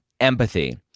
empathy